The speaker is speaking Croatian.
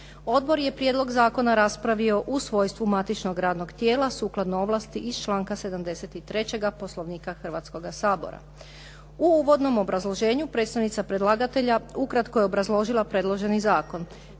Odbor je prijedlog zakona raspravio u svojstvu matičnog radnog tijela sukladno ovlasti iz članka 73. Poslovnika Hrvatskoga sabora. U uvodnom obrazloženju predstavnica predlagatelja ukratko je obrazložila predloženi zakon.